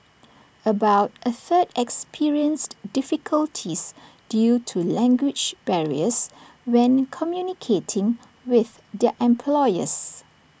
about A third experienced difficulties due to language barriers when communicating with their employers